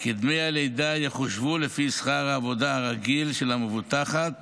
כי דמי הלידה יחושבו לפי שכר העבודה הרגיל של המבוטחת